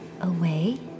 away